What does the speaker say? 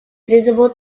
visible